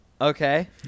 okay